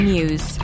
News